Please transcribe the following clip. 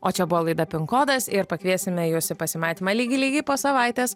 o čia buvo laida pinkodas ir pakviesime juos į pasimatymą lygiai lygiai po savaitės